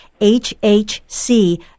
H-H-C